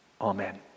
Amen